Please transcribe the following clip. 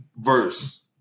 verse